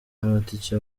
amatike